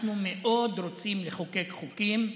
אנחנו מאוד רוצים לחוקק חוקים,